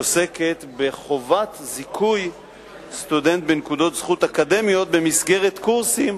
שעוסקת בחובת זיכוי סטודנט בנקודות זכות אקדמיות במסגרת קורסים,